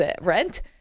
rent